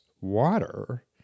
water